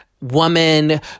woman